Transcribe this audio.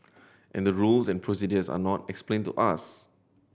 and the rules and are not explained to us